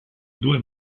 due